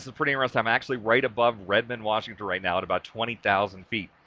ah pretty rough time, actually right above redmond, washington. right now at about twenty thousand feet.